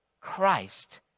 Christ